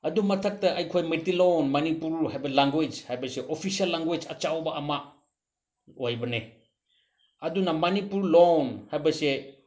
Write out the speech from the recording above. ꯑꯗꯨ ꯃꯊꯛꯇ ꯑꯩꯈꯣꯏ ꯃꯩꯇꯩ ꯂꯣꯟ ꯃꯅꯤꯄꯨꯔ ꯍꯥꯏꯕ ꯂꯦꯡꯒ꯭ꯋꯦꯖ ꯍꯥꯏꯕ ꯑꯣꯐꯤꯁꯤꯌꯦꯜ ꯂꯦꯡꯒ꯭ꯋꯦꯖ ꯑꯆꯧꯕ ꯑꯃ ꯑꯣꯏꯕꯅꯦ ꯑꯗꯨꯅ ꯃꯅꯤꯄꯨꯔ ꯂꯣꯟ ꯍꯥꯏꯕꯁꯦ